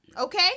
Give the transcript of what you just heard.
Okay